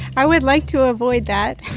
i would like to avoid that